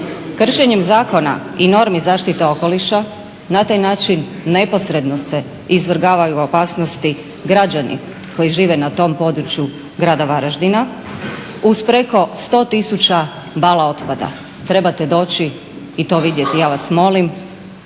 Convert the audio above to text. Kršenjem zakona i normi zaštite okoliša na taj način neposredno se izvrgavaju opasnosti građani koji žive na tom području Grada Varaždina uz preko 100 tisuća bala otpada. Trebate doći i to vidjeti. Ja vas molim,